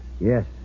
Yes